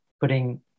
putting